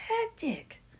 hectic